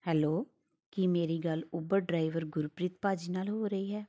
hello ਕੀ ਮੇਰੀ ਗੱਲ ਉਬਰ ਡਰਾਈਵਰ ਗੁਰਪ੍ਰੀਤ ਭਾਅ ਜੀ ਨਾਲ ਹੋ ਰਹੀ ਹੈ